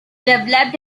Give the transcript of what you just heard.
developed